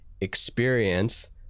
experience